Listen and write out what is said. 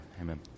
Amen